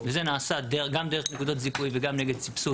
וזה נעשה גם דרך נקודות זיכוי וגם נגד סבסוד.